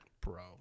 Bro